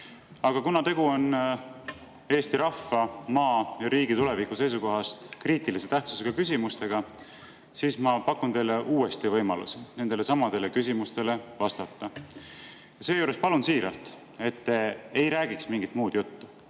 Aga kuna tegu on Eesti rahva, maa ja riigi tuleviku seisukohast kriitilise tähtsusega küsimustega, siis ma pakun teile uuesti võimalust nendelesamadele küsimustele vastata. Seejuures palun siiralt, et te ei räägiks mingit muud juttu.